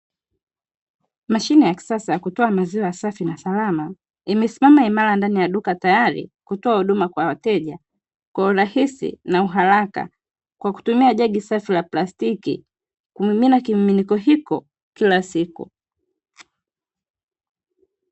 Mashine ya kisasa ya kutoa maziwa safi na salama, imesimama imara ndani ya duka, tayari kutoa huduma kwa wateja kwa urahisi na uharaka kwa kutumi jagi safi la plastiki kumimina kimiminika hicho kila siku.